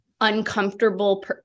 uncomfortable